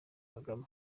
kagame